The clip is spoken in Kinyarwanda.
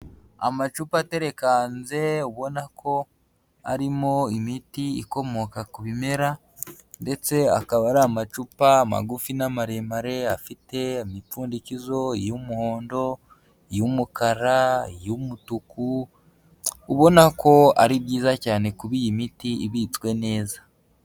Amacupa aterekanze ubona ko arimo imiti ikomoka ku bimera ndetse akaba ari amacupa magufi n'amaremare, afite imipfundikizo y'umuhondo, iy'umukara, iy'umutuku ubona ko ari byiza cyane kuba iyi miti ibitswe neza.